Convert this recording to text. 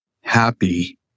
happy